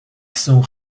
sont